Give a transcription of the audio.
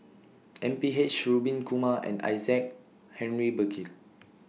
M P H Rubin Kumar and Isaac Henry Burkill